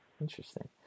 Interesting